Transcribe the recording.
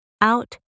out